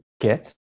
get